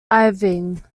irving